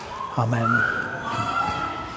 amen